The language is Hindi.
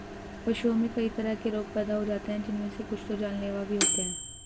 पशुओं में कई तरह के रोग पैदा हो जाते हैं जिनमे से कुछ तो जानलेवा भी होते हैं